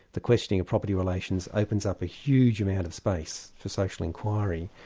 the questioning of property relations opens up a huge amount of space for social inquiry,